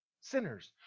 Sinners